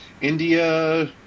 India